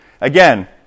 again